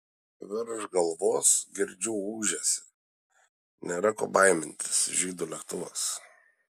virš galvos girdžiu ūžesį nėra ko baimintis žydų lėktuvas